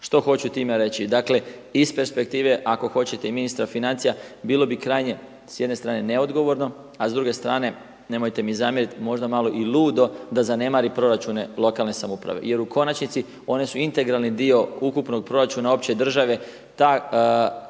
Što hoću time reći? Dakle, iz perspektive ako hoćete i ministra financija bilo bi krajnje, s jedne strane neodgovorno, a s druge strane, nemojte mi zamjeriti, možda malo i ludo da zanemari proračune lokalne samouprave. Jer u konačnici one su integralni dio ukupnog proračuna opće države. Taj